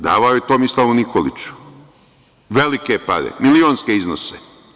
Davao je Tomislavu Nikoliću velike pare, milionske iznose.